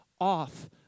off